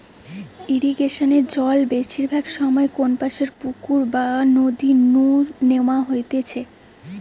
ইরিগেশনে জল বেশিরভাগ সময় কোনপাশের পুকুর বা নদী নু ন্যাওয়া হইতেছে